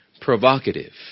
provocative